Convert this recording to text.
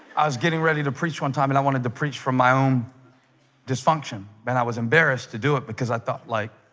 i was getting ready to preach one time and i wanted to preach from my own dysfunction and i was embarrassed to do it because i thought like